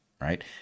right